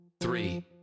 three